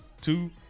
two